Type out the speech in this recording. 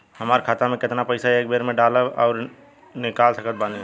हमार खाता मे केतना पईसा एक बेर मे डाल आऊर निकाल सकत बानी?